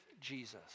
Jesus